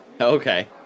Okay